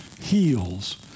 heals